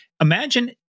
imagine